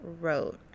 wrote